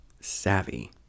Savvy